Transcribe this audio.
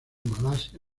malasia